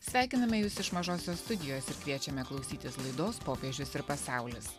sveikiname jus iš mažosios studijos ir kviečiame klausytis laidos popiežius ir pasaulis